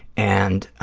and